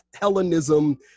Hellenism